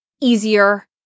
easier